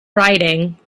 riding